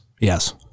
Yes